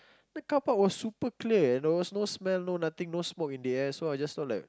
the carpark was super clear and there was no smell no nothing no smoke in the air so I just thought like